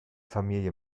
familie